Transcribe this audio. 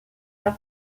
leur